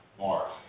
Mars